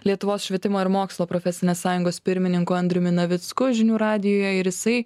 lietuvos švietimo ir mokslo profesinės sąjungos pirmininku andriumi navicku žinių radijuje ir jisai